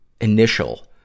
initial